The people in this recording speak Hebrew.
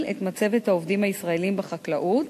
את מצבת העובדים הישראלים בחקלאות,